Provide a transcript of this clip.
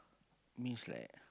means like